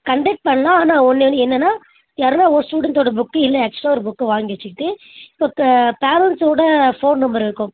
contact பண்ணலாம் ஆனால் ஒன்றே ஒன்று என்னனா யார்னா ஒரு ஸ்டுடென்டோட புக்கு இல்லை ஆக்சுவல்லாக ஒரு புக்கை வாங்கி வச்சுக்கிட்டு பேரன்ட்ஸோட ஃபோன் நம்பர் இருக்கும்